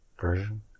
version